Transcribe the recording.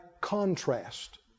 contrast